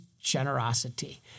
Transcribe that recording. generosity